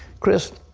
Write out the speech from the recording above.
chris,